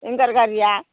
उइंगार गारिया